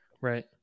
Right